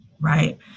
right